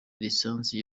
lisansi